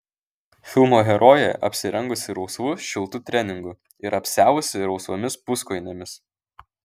filmo herojė apsirengusi rausvu šiltu treningu ir apsiavusi rausvomis puskojinėmis